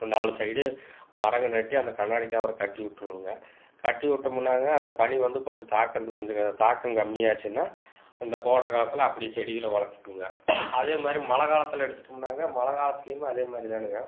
ஒரு நாலு சைடு மரங்கள் நட்டு அந்த கண்ணாடி கவரை கட்டி விட்ருவோங்க கட்டி விட்டமுன்னாங்க அந்த பனி வந்து கொஞ்சம் தாக்கிறது கொஞ்சம் க தாக்கம் கம்மியாச்சுன்னா இந்த கோடை காலத்தில் அப்படி செடிகளை வளர்த்துக்குங்க அதே மாதிரி மழை காலத்தில் எடுத்துகிட்டோம்னாங்க மழை காலத்துலேயுமே அதே மாதிரி தானுங்க